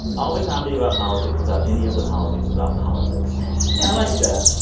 all the comedy about politics without any of the politics about politics. i like that